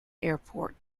airport